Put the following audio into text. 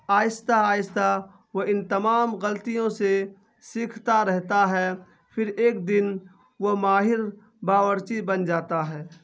آئستہ آئستہ وہ ان تمام غلطیوں سے سیکھتا رہتا ہے پھر ایک دن وہ ماہر باورچی بن جاتا ہے